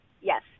Yes